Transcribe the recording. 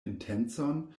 intencon